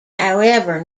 however